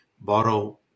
borrow